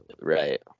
Right